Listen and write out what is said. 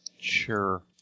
Sure